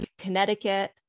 Connecticut